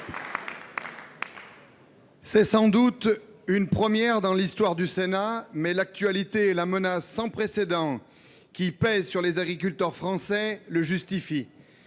C’est sans doute une première dans l’histoire du Sénat, mais l’actualité et la menace sans précédent qui pèse sur les agriculteurs français la justifient